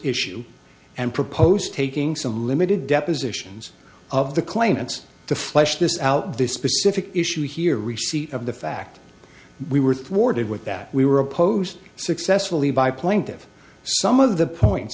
issue and proposed taking some limited depositions of the claimants to flesh this out this specific issue here receipt of the fact we were thwarted with that we were opposed successfully by plaintive some of the point